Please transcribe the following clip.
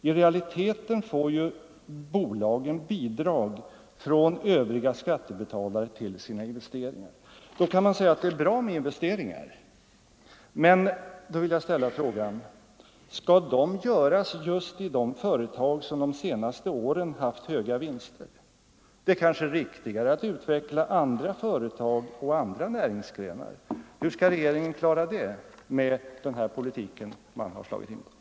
I realiteten får ju bolagen bidrag från övriga skattebetalare till sina investeringar. Då kan man säga att det är bra med investeringar. Men jag vill ställa frågan: Skall de göras just i de företag som de senaste åren haft höga vinster? Det är kanske riktigare att utveckla andra företag och andra näringsgrenar. Hur skall regeringen klara det med den här politiken som man har slagit in på?